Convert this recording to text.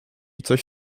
coś